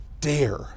dare